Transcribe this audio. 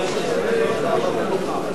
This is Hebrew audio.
אני הצבעתי בשמו, זה נקלט מאוחר.